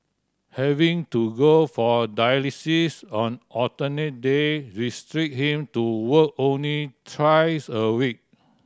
having to go for dialysis on alternate day restrict him to work only thrice a week